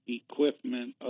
equipment